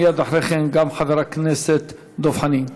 מייד אחרי כן, חבר הכנסת דב חנין.